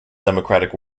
democratic